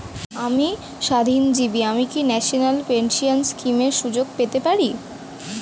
আমি স্বাধীনজীবী আমি কি ন্যাশনাল পেনশন স্কিমের সুযোগ সুবিধা পেতে পারি?